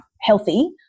healthy